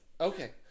Okay